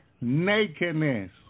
Nakedness